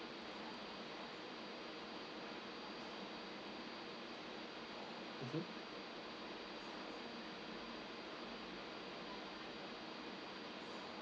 mmhmm